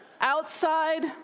outside